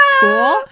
Cool